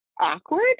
awkward